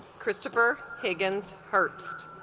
christopher higgins hurts